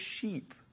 sheep